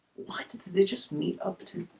why did did they just meet oh button